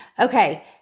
Okay